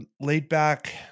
laid-back